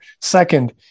Second